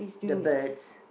the birds